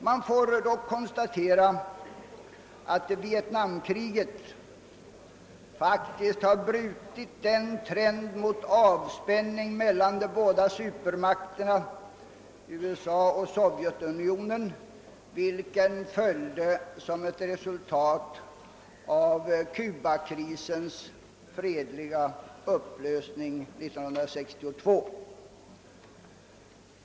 Det måste dock konstateras att vietnamkriget faktiskt har brutit den trend mot avspänning mellan de båda supermakterna USA och Sovjetunionen, vilken följde på kubakrisens fredliga upplösning 1962.